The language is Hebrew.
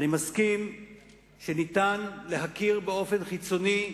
אני מסכים שאפשר להכיר באופן חיצוני,